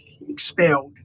expelled